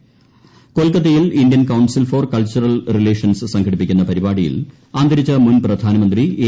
ക്കൊൽക്കുത്തയിൽ Indian council for cultural relations പ്സർഷ്ടിപ്പിക്കുന്ന പരിപാടിയിൽ അന്തരിച്ച മുൻ പ്രധാനമന്ത്രി ഏ